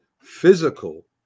physical